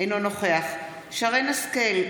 אינו נוכח שרן מרים השכל,